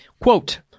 Quote